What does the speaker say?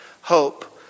hope